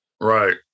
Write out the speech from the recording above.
Right